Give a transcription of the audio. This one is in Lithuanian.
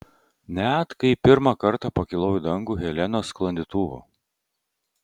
net kai pirmą kartą pakilau į dangų helenos sklandytuvu